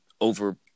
over